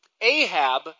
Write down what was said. Ahab